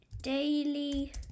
daily